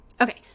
Okay